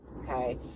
okay